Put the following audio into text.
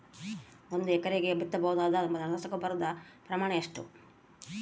ಒಂದು ಎಕರೆಗೆ ಬಿತ್ತಬಹುದಾದ ರಸಗೊಬ್ಬರದ ಪ್ರಮಾಣ ಎಷ್ಟು?